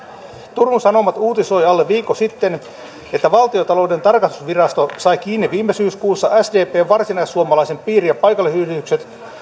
turun sanomat uutisoi alle viikko sitten että valtiontalouden tarkastusvirasto sai kiinni viime syyskuussa sdpn varsinaissuomalaiset piiri ja paikallisyhdistykset